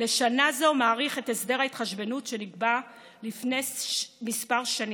לשנה זו מאריך את הסדר ההתחשבנות שנקבע לפני כמה שנים,